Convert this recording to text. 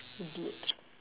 idiot